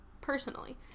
personally